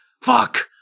Fuck